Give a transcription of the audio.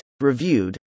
Reviewed